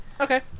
Okay